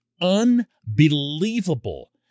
unbelievable